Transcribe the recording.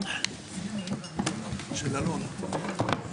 הישיבה ננעלה בשעה 16:02.